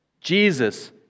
Jesus